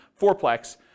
fourplex